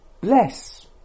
bless